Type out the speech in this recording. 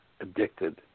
addicted